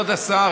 כבוד השר,